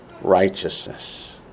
Righteousness